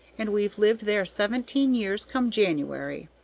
and we've lived there seventeen years come january.